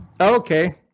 Okay